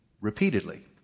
repeatedly